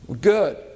Good